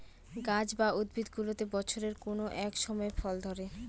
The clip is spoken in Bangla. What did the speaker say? গাছ বা উদ্ভিদগুলোতে বছরের কোনো এক সময় ফল ধরে